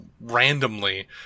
randomly